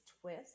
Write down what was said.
twist